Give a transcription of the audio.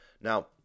Now